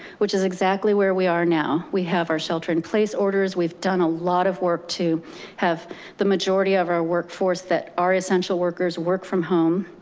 which is exactly where we are now. we have our shelter in place orders, we've done a lot of work to have the majority of our workforce that are essential workers work from home.